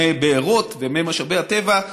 מבארות וממשאבי הטבע,